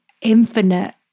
infinite